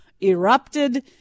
erupted